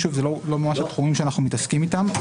שוב, אלה לא ממש התחומים שאנחנו מתעסקים אתם.